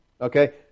okay